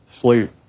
Sleep